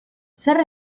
zer